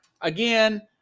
again